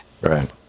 Right